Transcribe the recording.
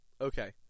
Okay